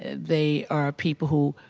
ah they are people who